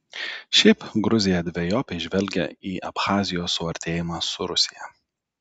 šiaip gruzija dvejopai žvelgia į abchazijos suartėjimą su rusija